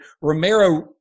Romero